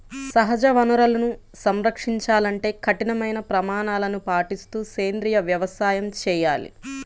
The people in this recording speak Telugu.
సహజ వనరులను సంరక్షించాలంటే కఠినమైన ప్రమాణాలను పాటిస్తూ సేంద్రీయ వ్యవసాయం చేయాలి